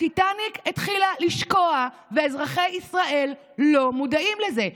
הטיטניק התחילה לשקוע ואזרחי ישראל לא מודעים לזה.